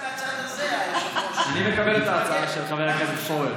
התחלנו להיכנס מהצד הזה, היושב-ראש, להתרגל.